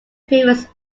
previous